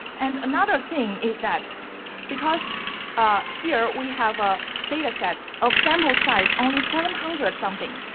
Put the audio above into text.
and another thing is that because here, we have a data set of sample size only seven hundred something.